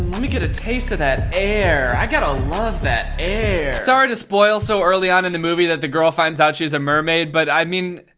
me get a taste of that air. i gotta love that air. sorry to spoil so early on in the movie that the girl finds out she's a mermaid, but i mean,